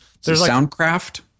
Soundcraft